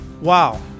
Wow